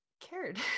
cared